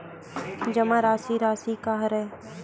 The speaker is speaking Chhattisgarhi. जमा राशि राशि का हरय?